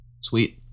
Sweet